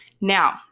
Now